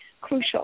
crucial